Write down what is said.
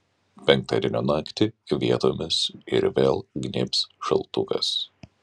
penktadienio naktį vietomis ir vėl gnybs šaltukas